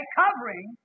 covering